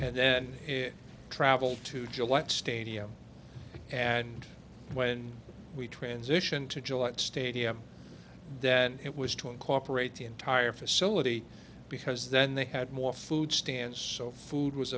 and then travel to gillette stadium and when we transition to july stadia that it was to incorporate the entire facility because then they had more food stamps so food was